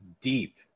deep